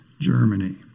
Germany